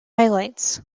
highlights